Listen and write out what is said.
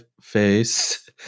face